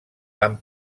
van